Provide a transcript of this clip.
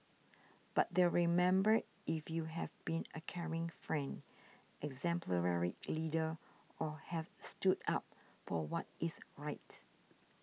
but they'll remember if you have been a caring friend exemplary leader or have stood up for what is right